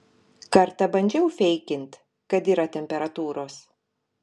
kartą bandžiau feikint kad yra temperatūros